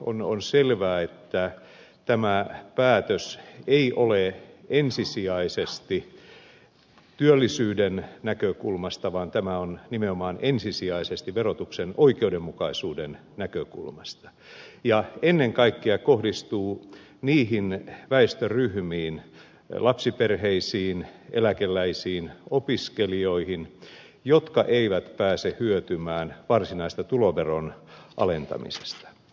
on selvää että tämä päätös ei ole ensisijaisesti työllisyyden näkökulmasta vaan tämä on nimenomaan ensisijaisesti verotuksen oikeudenmukaisuuden näkökulmasta ja ennen kaikkea kohdistuu niihin väestöryhmiin lapsiperheisiin eläkeläisiin opiskelijoihin jotka eivät pääse hyötymään varsinaisesta tuloveron alentamisesta